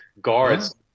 guards